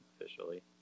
officially